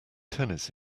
tennis